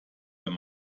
wenn